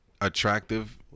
attractive